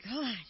God